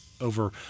over